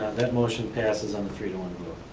that motion passes on a three-to-one